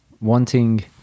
wanting